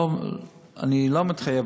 אני לא מתחייב,